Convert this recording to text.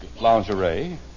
lingerie